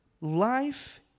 Life